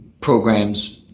programs